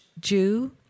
Jew